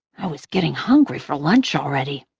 i was getting hungry for lunch already,